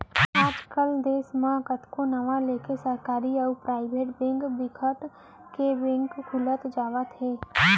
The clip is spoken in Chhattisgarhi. आज कल देस म कतको नांव लेके सरकारी अउ पराइबेट बेंक बिकट के बेंक खुलत जावत हे